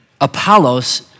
Apollos